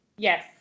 Yes